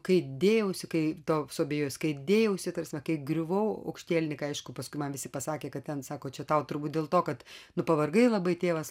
kai dėjausi kai to suabejos kai dėjausi tarsi kai griuvau aukštielninka aišku paskui man visi pasakė kad ten sako čia tau turbūt dėl to kad nu pavargai labai tėvas